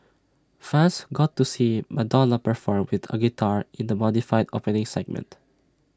fans got to see Madonna perform with A guitar in the modified opening segment